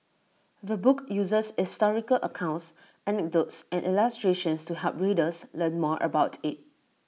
the book uses historical accounts anecdotes and illustrations to help readers learn more about IT